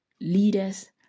leaders